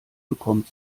bekommt